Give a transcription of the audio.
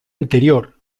anterior